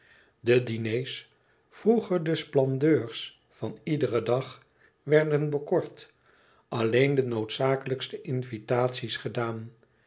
de diners vroeger de splendeurs van iederen dag werden bekort alleen de noodzakelijkste invitaties gedaan